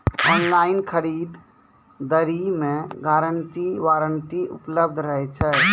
Online खरीद दरी मे गारंटी वारंटी उपलब्ध रहे छै?